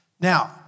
Now